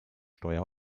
steuer